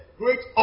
great